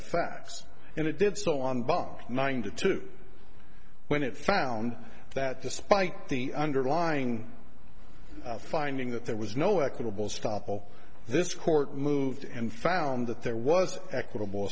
facts and it did so on bob nine to two when it found that despite the underlying finding that there was no equitable stoppel this court moved and found that there was equitable